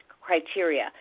criteria